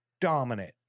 dominant